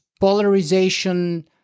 polarization